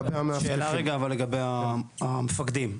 שאלה לגבי המפקדים.